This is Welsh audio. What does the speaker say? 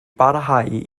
barhau